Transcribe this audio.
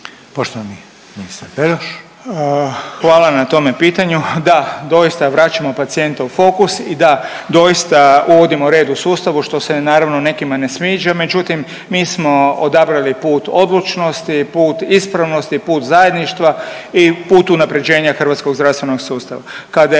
**Beroš, Vili (HDZ)** Hvala na tome pitanju. Da, doista vraćamo pacijenta u fokus i da doista uvodimo red u sustavu što se naravno nekima ne sviđa, međutim mi smo odabrali put odlučnosti, put ispravnosti, put zajedništva i put unapređenja hrvatskog zdravstvenog sustava. Kada je